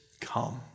come